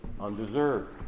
undeserved